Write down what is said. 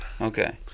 okay